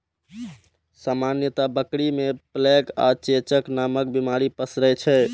सामान्यतः बकरी मे प्लेग आ चेचक नामक बीमारी पसरै छै